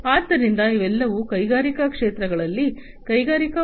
ಆದ್ದರಿಂದ ಇವೆಲ್ಲವೂ ಕೈಗಾರಿಕಾ ಕ್ಷೇತ್ರಗಳಲ್ಲಿ ಕೈಗಾರಿಕಾ 4